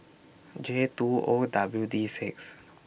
J two O W D six